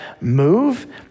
move